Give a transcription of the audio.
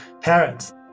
parents